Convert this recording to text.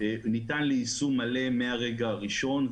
ניתן ליישום מלא מהרגע הראשון,